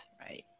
right